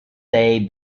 day